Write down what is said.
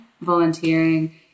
Volunteering